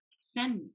send